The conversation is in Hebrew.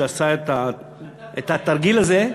שעשה את התרגיל הזה,